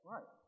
Right